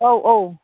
औ औ